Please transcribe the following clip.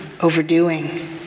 overdoing